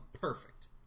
perfect